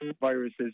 viruses